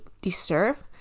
deserve